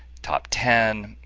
top ten,